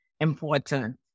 important